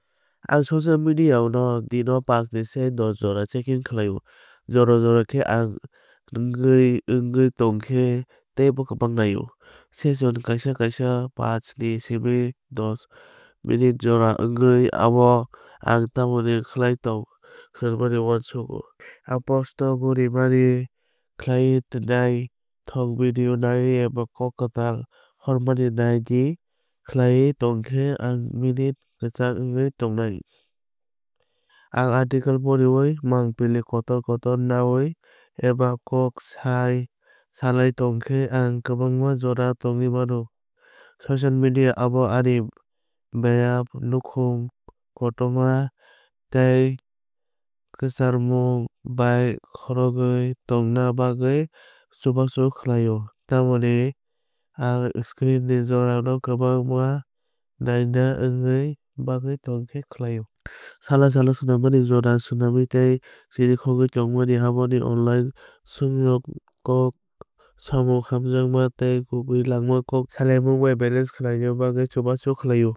Ang social media no salsa o pach ni simi dos jora checking khlaio. Jora jora khe ang haino wngwi tongkhe teibo kwbang naio. Session kaisa kaisa paanch ni simi doss minute jora wngnai abo ang tamo khlai tong hwnwi uansukwi. Ang posto gorimani khlaiwi nai thok video naiwi eba kok kwtal hormani nai di khlaiwi tongkhe ang minute kwchak nwngwi tongnai. Ang article poriwi mangpili kotor kotor naiwi eba kok salaiwi tongkhe ang kwbangma jora tongwi mano. Social media ano ani bayap nukhung kotoma tei kwcharmung bai khorogwui tongna bagwi chubachu khlaio. Tamoni ang screen ni jora no kwbang ma naina wngwui bagwui tonkhe khlaio. Salo salo swnammani jora swnamwi tei chirikhogwi tongmani abo ani online swngrok kok samung hamjakma tei kubui langmani kok salaimung bai balance khlaina bagwi chubachu khlaio.